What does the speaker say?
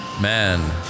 man